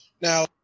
Now